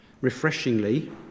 Refreshingly